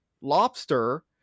lobster